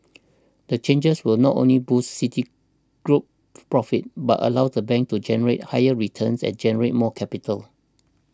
the changes will not only boost Citigroup's profits but allow the bank to generate higher returns and generate more capital